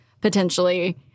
potentially